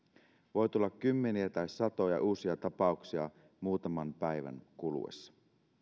voi tulla kymmeniä tai satoja uusia tapauksia muutaman päivän kuluessa